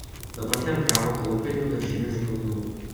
dabar ten priaugo kiaulpienių daržinių žliūgių